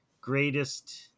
greatest